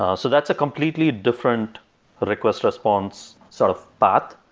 ah so that's a completely different request response, sort of but